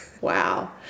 Wow